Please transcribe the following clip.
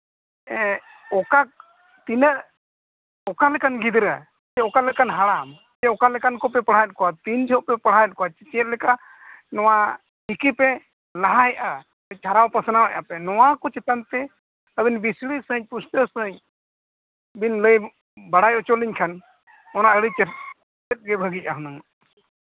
ᱚᱠᱟ ᱛᱤᱱᱟᱹᱜ ᱚᱠᱟ ᱞᱮᱠᱟᱱ ᱜᱤᱫᱽᱨᱟᱹ ᱥᱮ ᱚᱠᱟ ᱞᱮᱠᱟᱱ ᱦᱟᱲᱟᱢ ᱥᱮ ᱚᱠᱟ ᱞᱮᱠᱟᱱ ᱠᱚᱯᱮ ᱯᱟᱲᱦᱟᱣᱮᱫ ᱠᱚᱣᱟ ᱛᱤᱱ ᱡᱚᱦᱚᱜ ᱯᱮ ᱯᱟᱲᱦᱟᱣᱮᱫ ᱠᱚᱣᱟ ᱪᱮᱫ ᱞᱮᱠᱟ ᱱᱚᱣᱟ ᱪᱤᱠᱤ ᱯᱮ ᱞᱟᱦᱟᱭᱮᱜᱼᱟ ᱪᱷᱟᱨᱟᱣ ᱯᱟᱥᱱᱟᱣᱮᱜᱼᱟ ᱱᱚᱣᱟ ᱠᱚ ᱪᱮᱛᱟᱱ ᱛᱮ ᱟᱹᱵᱤᱱ ᱵᱤᱥᱲᱤ ᱥᱟᱹᱦᱤᱡ ᱯᱩᱥᱴᱟᱹᱣ ᱥᱟᱹᱦᱤᱡ ᱵᱤᱱ ᱞᱟᱹᱭ ᱵᱟᱲᱟᱭ ᱦᱚᱪᱚ ᱞᱤᱧ ᱠᱷᱟᱱ ᱚᱱᱟ ᱟᱹᱰᱤ ᱪᱮᱦᱨᱟ ᱛᱮᱫᱜᱮ ᱵᱷᱟᱹᱜᱤᱜᱼᱟ ᱦᱩᱱᱟᱹᱝ